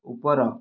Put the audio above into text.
ଉପର